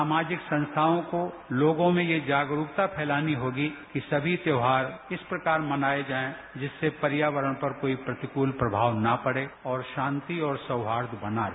सामाजिक संस्थाओं को लोगों में यह जागरूकता फैलानी होगी कि समी त्योहार इस प्रकार मनाये जायें जिससे पर्यावरण पर कोई प्रतिकूल प्रभाव न पड़े और शांति और सौहार्द बना रहे